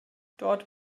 dort